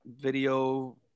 video